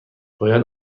باید